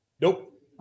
Nope